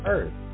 Earth